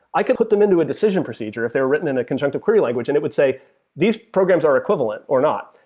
i can put them into a decision procedure if they're written in the conjunctive query language and it would say these programs are equivalent or not.